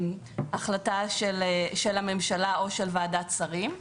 החלטה של הממשלה או של ועדת השרים.